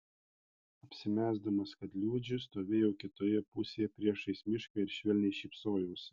apsimesdamas kad liūdžiu stovėjau kitoje pusėje priešais mišką ir švelniai šypsojausi